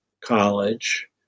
College